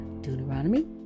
Deuteronomy